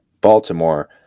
Baltimore